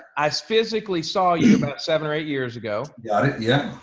i physically saw you about seven or eight years ago. got it, yeah.